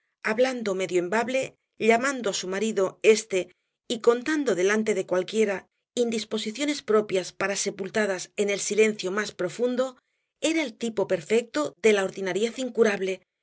hablando medio en bable llamando á su marido este y contando delante de cualquiera indisposiciones propias para sepultadas en el silencio más profundo era el tipo perfecto de la ordinariez incurable